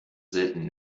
selten